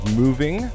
moving